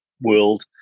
world